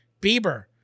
Bieber